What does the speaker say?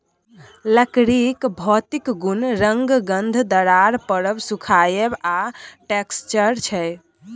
लकड़ीक भौतिक गुण रंग, गंध, दरार परब, सुखाएब आ टैक्सचर छै